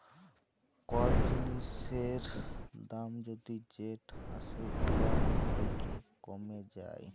call জিলিসের দাম যদি যেট আসে উয়ার থ্যাকে কমে যায়